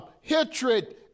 hatred